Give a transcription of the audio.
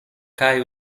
kaj